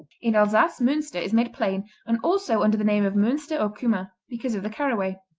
in alsace, munster is made plain and also under the name of munster au cumin because of the caraway.